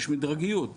יש מדרגיות.